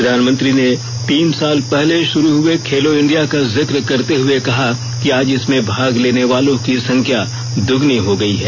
प्रधानमंत्री ने तीन साल पहले शुरू हए खेलो इंडिया का जिक्र करते हुए कहा कि आज इसमें भाग लेने वालों की संख्या दुगनी हो गयी है